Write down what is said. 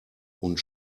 und